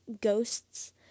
ghosts